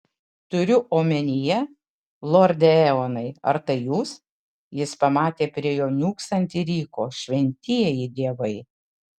turiu omenyje lorde eonai ar tai jūs jis pamatė prie jo niūksantį ryko šventieji dievai